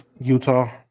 Utah